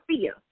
fear